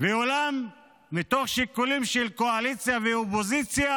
אולם מתוך שיקולים של קואליציה ואופוזיציה,